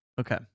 Okay